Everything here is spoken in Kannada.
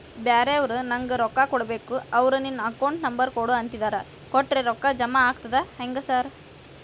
ಬ್ಯಾರೆವರು ನಂಗ್ ರೊಕ್ಕಾ ಕೊಡ್ಬೇಕು ಅವ್ರು ನಿನ್ ಅಕೌಂಟ್ ನಂಬರ್ ಕೊಡು ಅಂತಿದ್ದಾರ ಕೊಟ್ರೆ ರೊಕ್ಕ ಜಮಾ ಆಗ್ತದಾ ಹೆಂಗ್ ಸಾರ್?